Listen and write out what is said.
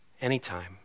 anytime